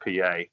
PA